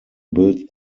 build